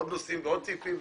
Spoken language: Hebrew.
עוד נושאים ועוד סעיפים,